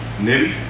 Nitty